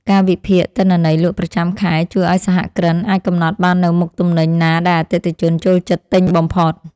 ការវិភាគទិន្នន័យលក់ប្រចាំខែជួយឱ្យសហគ្រិនអាចកំណត់បាននូវមុខទំនិញណាដែលអតិថិជនចូលចិត្តទិញបំផុត។